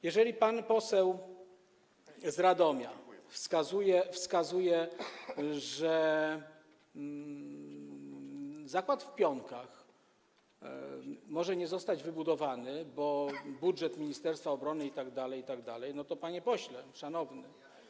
Jeżeli pan poseł z Radomia wskazuje, że zakład w Pionkach może nie zostać wybudowany, bo budżet ministerstwa obrony itd., itd., no to, panie pośle szanowny.